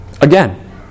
Again